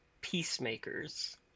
peacemakers